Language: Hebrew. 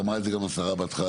ואמרה את זה השרה בהתחלה,